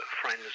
friends